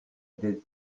des